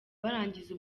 barangiza